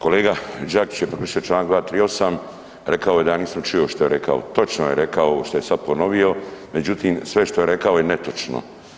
Kolega Đakić je prekršio Članak 238., rekao je da ja nisam čuo što je rekao, točno je rekao ovo što je sad ponovio, međutim sve što je rekao je netočno.